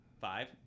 Five